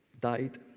died